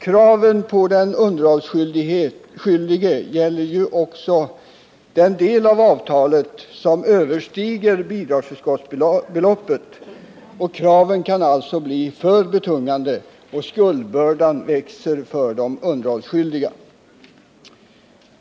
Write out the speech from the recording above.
Kraven på den underhållsskyldige gäller också den del av avtalet som överstiger bidragsförskottsbeloppet. Kraven kan alltså bli för betungande, och skuldbördan växer för de underhållsskyldiga.